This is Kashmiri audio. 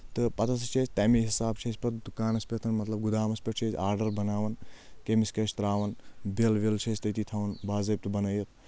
تہٕ پَتہٕ ہَسا چھِ أسۍ تَمہِ حِساب چھِ أسۍ پَتہٕ دُکانَس پؠٹھ مطلب گُدامَس پؠٹھ چھِ أسۍ آرڈَر بَناوَان کٔمِس کیاہ چھُ ترٛاوُن بِل وِل چھِ أسۍ تٔتی تھاوُن باضٲبطہٕ بَنٲیِتھ